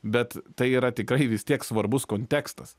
bet tai yra tikrai vis tiek svarbus kontekstas